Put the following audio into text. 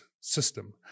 system